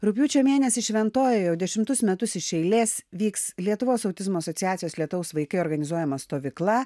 rugpjūčio mėnesį šventojoj jau dešimtus metus iš eilės vyks lietuvos autizmo asociacijos lietaus vaikai organizuojama stovykla